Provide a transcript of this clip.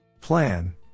Plan